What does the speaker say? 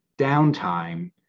downtime